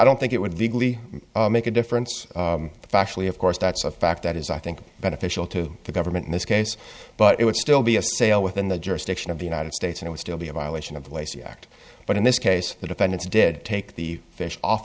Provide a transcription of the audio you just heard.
don't think it would legally make a difference factually of course that's a fact that is i think beneficial to the government in this case but it would still be a sale within the jurisdiction of the united states and would still be a violation of the lacey act but in this case the defendants did take the fish off